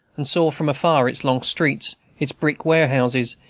and saw from afar its long streets, its brick warehouses,